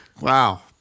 Wow